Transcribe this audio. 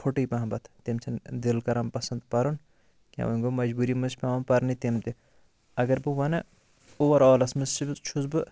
کھۄٹٕے پَہمَتھ تِم چھِنہٕ دِل کَران پَسَنٛد پَرُن کینٛہہ وۄنۍ گوٚو مَجبوٗری مَنٛز چھِ پیٚوان پَرنہِ تِم تہِ اگر بہٕ وَنہٕ اووَرآلَس مَنٛز چھُو چھُس بہٕ